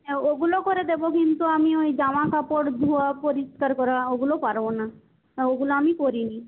হ্যাঁ ওগুলো করে দেব কিন্তু আমি ওই জামাকাপড় ধোওয়া পরিষ্কার করা ওগুলো পারব না ওগুলো আমি করিনি